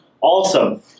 awesome